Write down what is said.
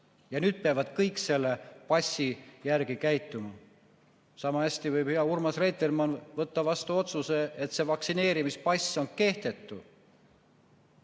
ja nüüd peavad kõik selle passi järgi käituma. Sama hästi võib hea Urmas Reitelmann võtta vastu otsuse, et see vaktsineerimispass on kehtetu.